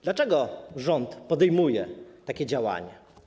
Dlaczego rząd podejmuje takie działania?